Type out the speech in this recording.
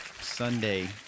Sunday